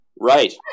Right